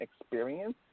experience